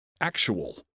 actual